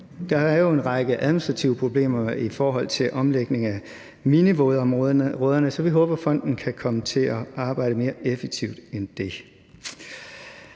Der er jo en række administrative problemer i forhold til omlægning af minivådområderne, så vi håber, fonden kan komme til at arbejde mere effektivt end det.